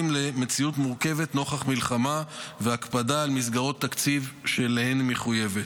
למציאות המורכבת נוכח המלחמה והקפדה על מסגרות התקציב שלהן היא מחויבת.